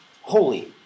Holy